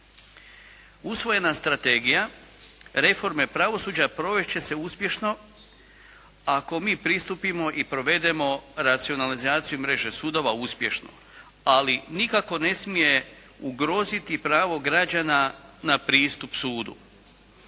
Usvojena strategija reforme pravosuđa provest će se uspješno, a ako mi pristupimo i provedemo racionalizaciju mreže sudova uspješno. Ali nikako ne smije ugroziti pravo građana na pristup sudu.